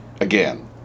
again